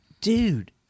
dude